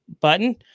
button